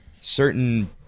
certain